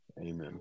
Amen